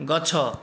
ଗଛ